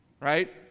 right